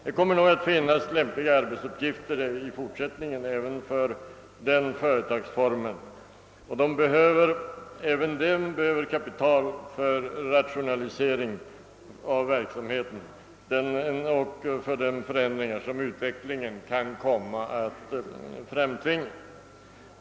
Det kommer nog att finnas lämpliga arbetsuppgifter i fortsättningen även för den företagsformen. Även dessa företag behöver kapital för rationalisering av verksamheten och för de förändringar som utvecklingen kan komma att framtvinga.